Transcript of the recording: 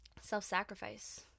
self-sacrifice